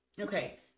okay